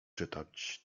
czytać